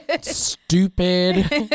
Stupid